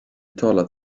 talar